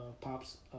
Pops